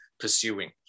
pursuing